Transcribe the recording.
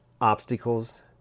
obstacles